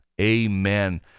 Amen